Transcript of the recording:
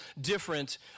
different